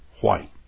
white